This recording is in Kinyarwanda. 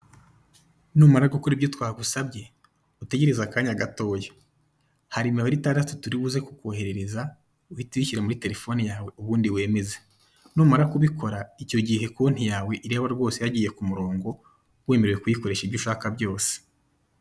Numara gukora ibyo twagusabye utegereze akanya gatoya, hari imibare itandatu turi buze kukoherereza uhite uyishyira muri telefone yawe ubundi wemeze; numara kubikora icyo gihe konti yawe iraba rwose yagiye ku murongo, wemerewe kuyikoresha ibyo ushaka byose.